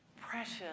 precious